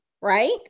right